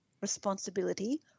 responsibility